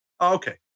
Okay